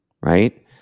Right